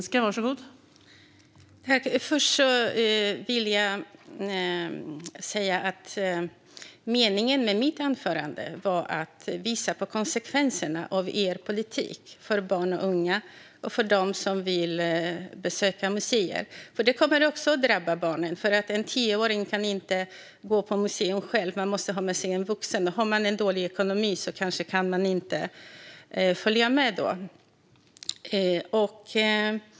Fru talman! Först vill jag säga att meningen med mitt anförande var att visa på konsekvenserna av er politik för barn och unga och för dem som vill besöka museer. Också barnen kommer att drabbas. En tioåring kan inte gå på museum själv utan måste ha med sig en vuxen. Har man dålig ekonomi kanske man inte kan följa med.